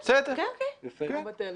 או טבלט.